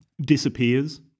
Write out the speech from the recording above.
disappears